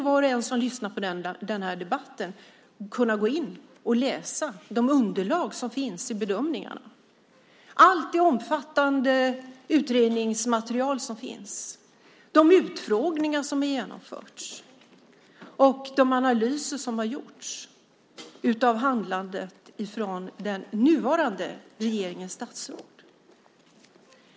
Var och en som lyssnar på den här debatten kan ju gå in och läsa det underlag som finns för bedömningarna, allt det omfattande utredningsmaterial som finns, de utfrågningar som har genomförts och de analyser som har gjorts av handlandet från den nuvarande regeringens statsråd.